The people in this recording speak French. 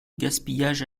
gaspillage